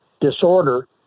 disorder